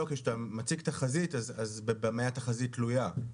כשאתה מציג תחזית, אז במה התחזית תלויה?